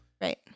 Right